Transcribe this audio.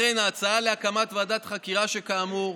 לכן ההצעה להקמת ועדת חקירה, שכאמור,